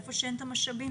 היכן שאין את המשאבים.